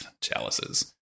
chalices